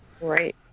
Right